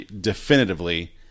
definitively